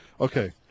Okay